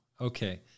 Okay